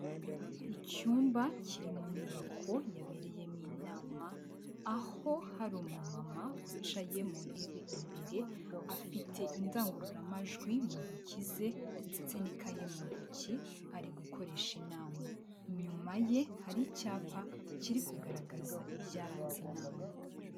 Icyumba kiri mu nyubako yabereyemo inama aho harima wicaye mu ntebe imbere afite indangururamajwi mu ntoki ze ndetse n'ikaye mu ntoki ari gukoresha inama, inyuma ye hari icyapa kiri kugaragaza ibyaranze inama.